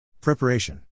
Preparation